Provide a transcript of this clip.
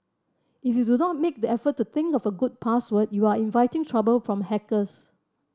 if you do not make the effort to think of a good password you are inviting trouble from hackers